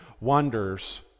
wonders